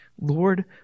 Lord